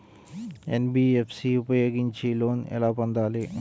NBFC ఉపయోగించి loan ఎలా పొందాలి?